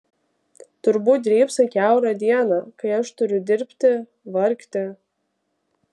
turbūt drybsai kiaurą dieną kai aš turiu dirbti vargti